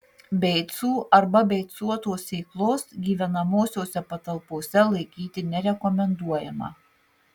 beicų arba beicuotos sėklos gyvenamosiose patalpose laikyti nerekomenduojama